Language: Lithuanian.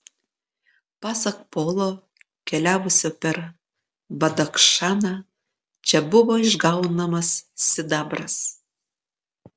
pasak polo keliavusio per badachšaną čia buvo išgaunamas sidabras